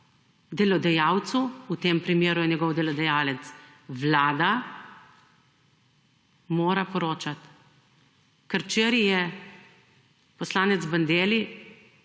delodajalcu, v tem primeru je njegov delodajalec vlada, poročati. Ker včeraj je poslanec Bandelli